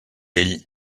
ell